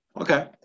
Okay